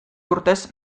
urtez